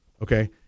Okay